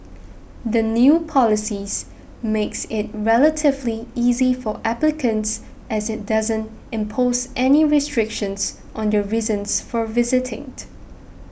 the new policies makes it relatively easy for applicants as it doesn't impose any restrictions on their reasons for visiting